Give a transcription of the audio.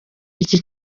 iki